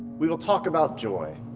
we will talk about joy.